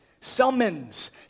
summons